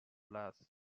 last